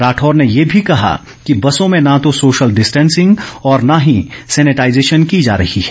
राठौर ने ये भी कहा कि बसों में न तो सोशल डिस्टेंसिंग और न ही सेनेटाइजेशन की जा रही है